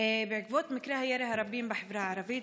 בעקבות מקרי הירי הרבים בחברה הערבית,